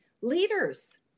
leaders